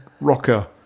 rocker